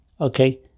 Okay